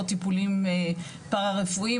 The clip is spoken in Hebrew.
או טיפולים פרא-רפואיים,